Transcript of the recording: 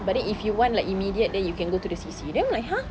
but then if you want like immediate then you can go to the C_C then I'm like !huh!